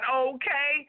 okay